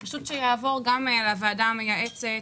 שיעבור גם לוועדה המייעצת,